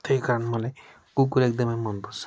त्यही कारण मलाई कुकुर एकदमै मनपर्छ